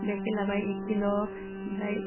गाइखेर लाबाय एक किल' ओमफ्राय